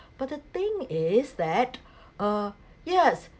but the thing is that uh yeah